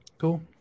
Cool